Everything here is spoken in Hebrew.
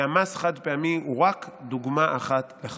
והמס על החד-פעמי הוא רק דוגמה אחת לכך.